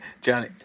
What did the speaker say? Johnny